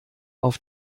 auf